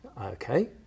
Okay